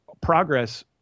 progress